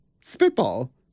spitball